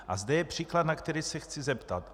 A zde je příklad, na který se chci zeptat.